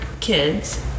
kids